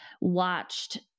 watched